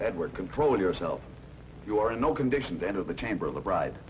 edward control yourself you are in no condition to enter the chamber of the bride